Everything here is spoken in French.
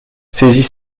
saisit